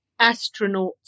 astronauts